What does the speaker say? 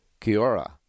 Kiora